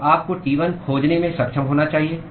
तो आपको T1 खोजने में सक्षम होना चाहिए